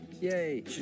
yay